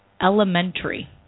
Elementary